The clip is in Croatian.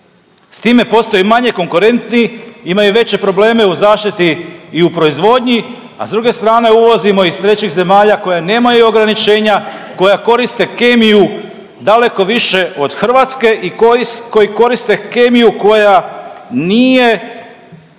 s time postaju manje konkurentni, imaju veće probleme u zaštiti i u proizvodnji, a s druge strane uvozimo iz trećih zemalja koje nemaju ograničenja, koja koriste kemiju daleko više od Hrvatske i koji, koji koristi kemiju koja nije